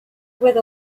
with